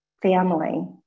family